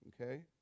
Okay